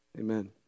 amen